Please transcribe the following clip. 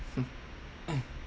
mm